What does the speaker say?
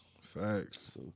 facts